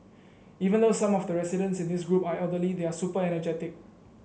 even though some of the residents in this group are elderly they are super energetic